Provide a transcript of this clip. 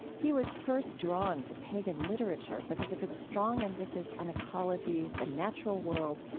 he was first drawn to pagan literature because of its strong emphasis on ecology, the natural world,